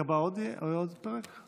יהיה עוד פרק?